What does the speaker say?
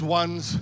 ones